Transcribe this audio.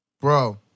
Bro